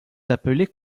appelée